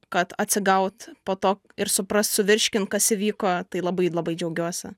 kad atsigaut po to ir suprast suvirškint kas įvyko tai labai labai džiaugiuosi